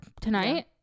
tonight